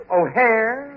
O'Hare